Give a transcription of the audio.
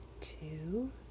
two